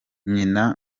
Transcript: nyina